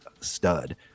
stud